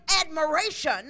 admiration